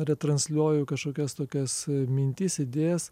retransliuoju kažkokias tokias mintis idėjas